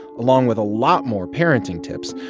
along with a lot more parenting tips,